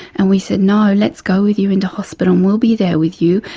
and we said, no, let's go with you into hospital and we'll be there with you.